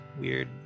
weird